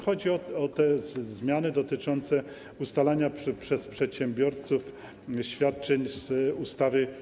Chodzi o zmiany dotyczące ustalania przez przedsiębiorców świadczeń z ustawy